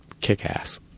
kick-ass